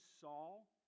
Saul